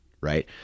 right